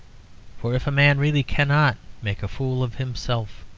for if a man really cannot make a fool of himself,